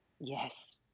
Yes